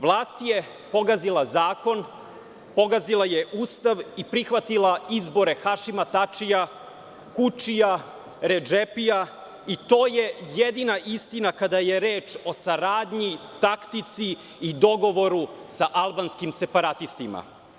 Vlast je pogazila zakon, pogazila je Ustav i prihvatila izbore Hašima Tačija, Kučija, Redžepija i to je jedina istina kada je reč o saradnji, taktici i dogovoru sa albanskim separatistima.